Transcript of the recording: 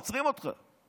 עוצרים אותך,